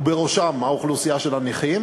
ובראשן האוכלוסייה של הנכים,